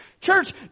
Church